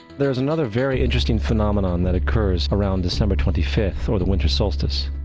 there is another very interesting phenomenon that occurs around december twenty fifth, or the winter solstice.